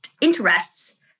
interests